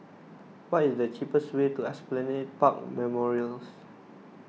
what is the cheapest way to Esplanade Park Memorials